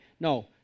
No